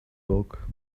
bulk